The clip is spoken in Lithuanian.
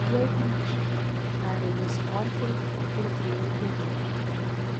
tuoj grįšiu tarė jis chorchei ir priėjo prie durų